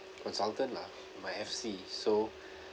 consultant lah my F_C so